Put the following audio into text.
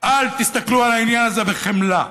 אל תסתכלו על העניין הזה בחמלה.